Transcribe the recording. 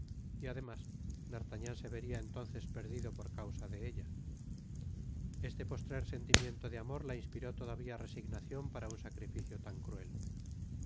y además d'artagnan se veria entonces perdido por causa de ella este postrer sentimiento de amor ta inspiró todavia resignacion para un sacrificio tan cruel